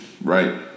right